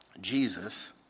Jesus